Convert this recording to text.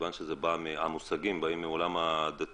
מכיוון שהמושגים באים מהעולם הדתי,